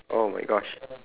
oh my gosh